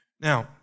Now